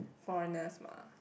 foreigners mah